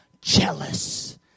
jealous